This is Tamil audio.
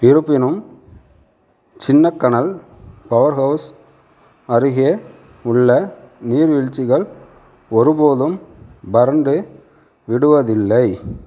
இருப்பினும் சின்னக்கானல் பவர் ஹவுஸ் அருகே உள்ள நீர்வீழ்ச்சிகள் ஒருபோதும் வறண்டு விடுவதில்லை